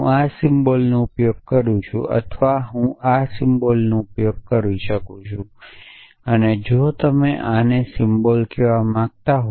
હું આ સિમ્બોલનો ઉપયોગ કરું છું અથવા હું આ સિમ્બોલનો ઉપયોગ કરી શકું છું અને જો તમે આને સિમ્બોલ કહેવા માંગતા હો